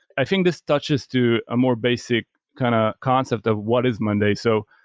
i think this touches to a more basic kind of concept of what is monday. so,